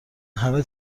همه